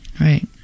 Right